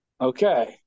Okay